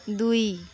ଦୁଇ